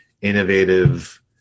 innovative